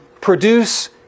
produce